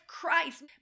Christ